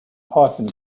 python